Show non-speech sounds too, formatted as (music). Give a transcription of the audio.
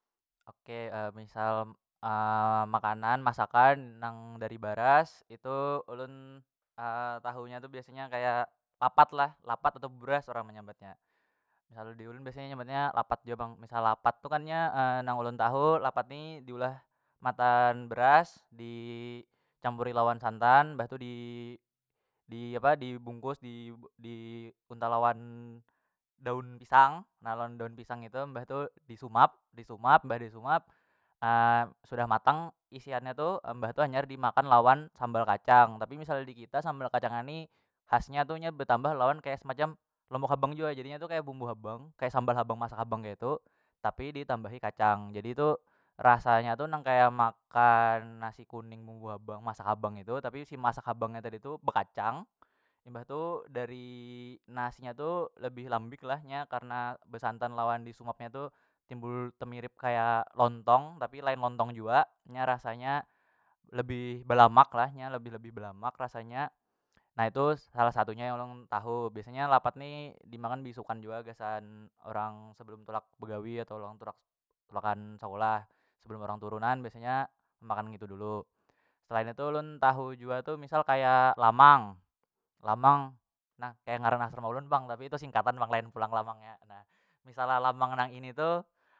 Oke (hesitation) misal (hesitation) makanan masakan nang dari baras itu ulun (hesitation) tahunya tu kaya papat lah lapat atau buras orang menyambatnya misal diulun biasanya nyambatnya lapat jua pang misal lapat tu kan nya (hesitation) nang ulun tahu lapat ni diulah matan beras dicampuri lawan santan mbah tu di (hesitation) di apa di bungkus di untal lawan daun pisang na lawan daun pisang nya itu mbah tu disumap- disumap mbah disumap (hesitation) sudah matang isian nya tu mbah tu hanyar dimakan lawan sambal kacang tapi misalnya dikita sambal kacang nya ni has nya tu nya betambah lawan semacam lombok habang jua jadi nya tu kaya bumbu habang kaya sambal habang masak habang keitu tapi ditambahi kacang jadi tu rasanya tu nang kaya makan nasi kuning bumbu habang masak habang itu tapi si masak habang nya tadi tu bekacang imbah tu dari nasi nya tu lebih lambik lah nya karna besantan lawan disungap nya tu timbul temirip kaya lontong tapi lain lontong jua nya rasanya lebih belamak lah nya lebih- lebih belamak rasanya na itu salah satu nya ulun tahu biasanya lapat ni dimakan disukan jua gasan urang sebelum tulak begawi atau urang tulak- tulakan sekulah sebelum orang turunan biasanya makan ngitu dulu selain itu ulun tahu jua tu misal kaya lamang- lamang nah kaya nama asrama ulun pang tapi itu singkatan pang lain pulang lamang nya na misalnya lamang nang ini tu.